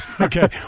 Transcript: Okay